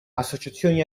associazioni